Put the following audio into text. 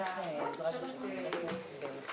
לסדר היום ולא